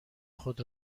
خود